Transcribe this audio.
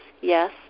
yes